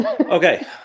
Okay